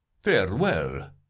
Farewell